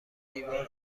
دیوار